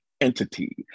entity